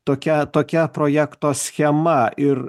tokia tokia projekto schema ir